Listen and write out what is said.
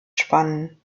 spannen